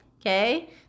okay